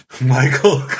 Michael